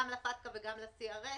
גם ל-FATCA וגם ל-CRS,